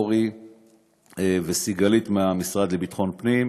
אוֹרי וסיגלית מהמשרד לביטחון פנים,